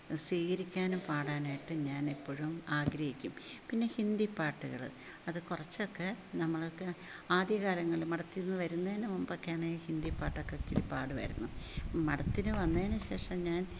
സ്വീകരിക്കാനും പാടാനായിട്ടും ഞാൻ എപ്പോഴും ആഗ്രഹിക്കും പിന്നെ ഹിന്ദിപ്പാട്ടുകൾ അത് കുറച്ചൊക്കെ നമ്മൾക്ക് ആദ്യകാലങ്ങളിൽ മഠത്തിൽ നിന്ന് വരുന്നതിന് മുമ്പൊക്കെ ആണെ ഹിന്ദിപ്പാട്ടൊക്കെ ഇച്ചിരി പാടുമായിരുന്നു മഠത്തിന് വന്നതിന് ശേഷം ഞാൻ